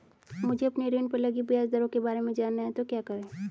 मुझे अपने ऋण पर लगी ब्याज दरों के बारे में जानना है तो क्या करें?